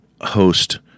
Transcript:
host